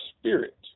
spirit